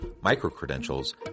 micro-credentials